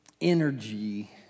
energy